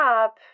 up